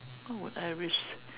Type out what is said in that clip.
what would I risk